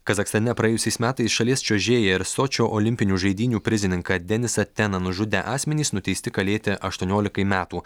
kazachstane praėjusiais metais šalies čiuožėją ir sočio olimpinių žaidynių prizininką denisą teną nužudę asmenys nuteisti kalėti aštuoniolikai metų